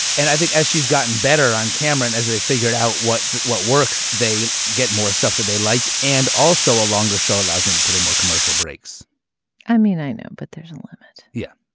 and i think as she's gotten better on camera, as they figured out what what works, they get more stuff that they like. and also a longer show allows them to put in more commercial breaks i mean, i know. but there's a limit. yeah,